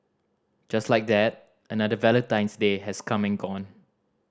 just like that another Valentine's Day has coming and gone